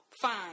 fine